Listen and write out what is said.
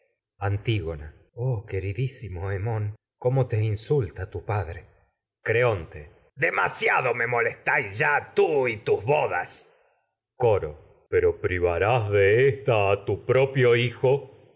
antígona ta tu oh queridísimo hemón cómo te insul padre me creonte demasiado coro molestáis ya tú y tus bodas pero privarás de ésta a tu propio hijo